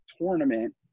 tournament